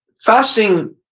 fasting,